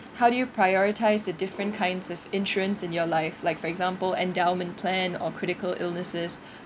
how do you prioritise the different kinds of insurance in your life like for example endowment plan or critical illnesses